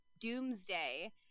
doomsday